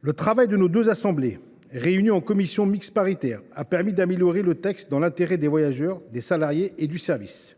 Le travail de nos deux assemblées, réunies en commission mixte paritaire, a permis d’améliorer le texte, dans l’intérêt des voyageurs, des salariés et du service.